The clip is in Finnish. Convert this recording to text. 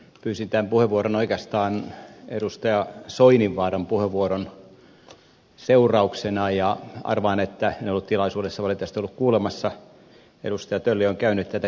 pyysin tämän puheenvuoron oikeastaan edustaja soininvaaran puheenvuoron seurauksena ja arvaan että en ollut tilaisuudessa valitettavasti olla kuulemassa edustaja tölli on käynyt tätä kysymystä läpi